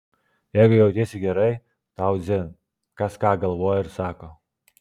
jeigu jautiesi gerai tau dzin kas ką galvoja ar sako